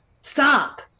stop